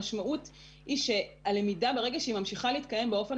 המשמעות היא שהלמידה ברגע שהיא ממשיכה להתקיים באופן